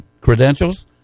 credentials